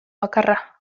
bakarra